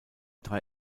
drei